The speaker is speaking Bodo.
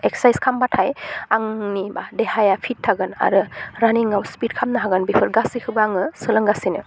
एक्सारसाइस खालामबाथाय आंनि देहाया फिट थागोन आरो रानिङाव स्पिद खालामनो हागोन बेफोर गासैखौबो आङो सोलोंगासिनो